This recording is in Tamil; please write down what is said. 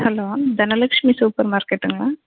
ஹலோ தனலட்சுமி சூப்பர் மார்க்கெட்டுங்களா